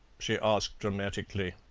she asked dramatically.